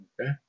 Okay